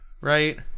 right